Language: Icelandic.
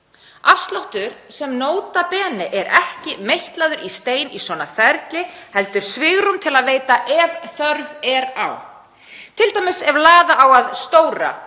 afslætti sem er nota bene ekki meitlaður í stein í svona ferli heldur svigrúm til að veita ef þörf er á, t.d. ef laða á að stóra,